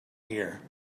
here